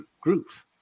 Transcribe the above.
groups